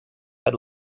had